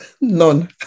None